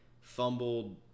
fumbled –